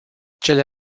cele